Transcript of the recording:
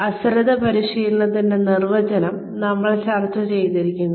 അശ്രദ്ധ പരിശീലനത്തിന്റെ നിർവചനം നമ്മൾ ചർച്ച ചെയ്തിരുന്നു